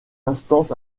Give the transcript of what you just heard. instances